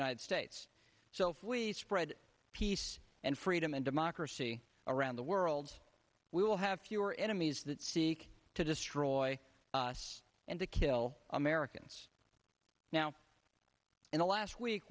united states so if we spread peace and freedom and democracy around the world we will have fewer enemies that seek to destroy us and to kill americans now in the last week